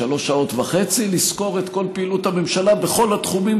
שלוש שעות וחצי לסקור את כל פעילות הממשלה בכל התחומים